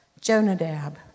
Jonadab